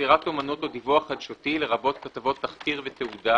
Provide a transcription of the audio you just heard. יצירת אמנות או דיווח חדשותי לרבות כתבות תחקיר ותעודה,